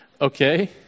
okay